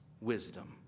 wisdom